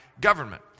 government